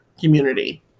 community